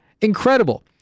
Incredible